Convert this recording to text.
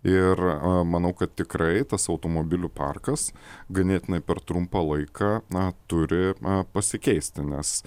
ir manau kad tikrai tas automobilių parkas ganėtinai per trumpą laiką na turi pasikeisti nes